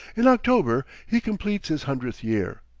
in october he completes his hundredth year.